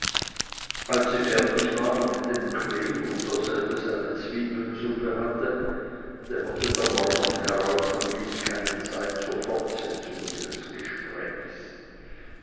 als sie fertig waren mit dem kleb und derselbe seine zwiebelnsuppe hatte dämmerte der morgen herauf und ließ keine zeit zur fortsetzung ihres gesprächs